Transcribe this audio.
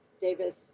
Davis